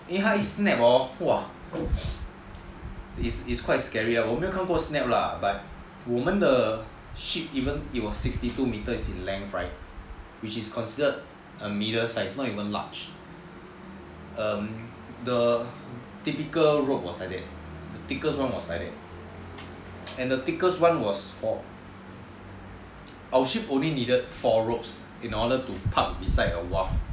因为他一 snap hor !wah! it's quite scary lah 我没有看过 snap lah but 我们的 ship even at sixty two metres length right which is considered a middle size cause it's a large the typical rope was like that the thickest one was like that and the thickest one was for~ our ship only needed four ropes in order to park beside the wharf